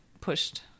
pushed